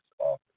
Office